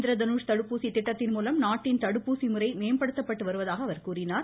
இந்திர தனுஷ் தடுப்பூசி திட்டத்தின்மூலம் நாட்டின் தடுப்பூசிமுறை மேம்படுத்தப்பட்டு வருவதாக கூறினார்